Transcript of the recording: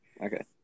Okay